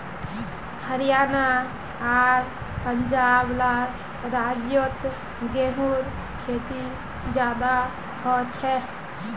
हरयाणा आर पंजाब ला राज्योत गेहूँर खेती ज्यादा होछे